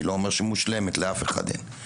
אני לא אומר שהיא מושלמת, לאף אחד אין.